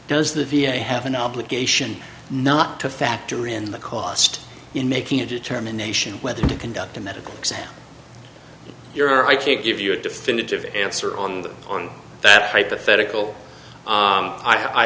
does the v a have an obligation not to factor in the cost in making a determination whether to conduct a medical exam your i can't give you a definitive answer on that on that hypothetical